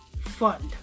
Fund